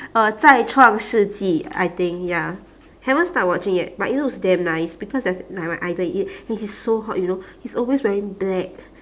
uh zai chuang shi ji I think ya haven't start watching yet but it looks damn nice because there's like my idol in it and he's so hot you know he's always wearing black